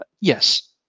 yes